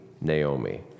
Naomi